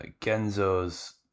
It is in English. Genzo's